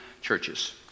churches